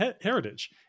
heritage